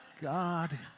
God